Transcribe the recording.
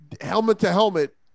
helmet-to-helmet